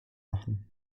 machen